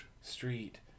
street